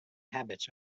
habits